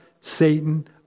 Satan